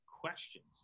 questions